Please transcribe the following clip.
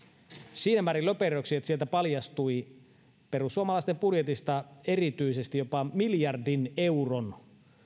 siinä määrin löperöiksi että sieltä paljastui perussuomalaisten budjetista erityisesti jopa miljardin euron